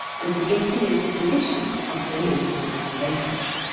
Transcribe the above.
and the getting into condition of the mental apparatus.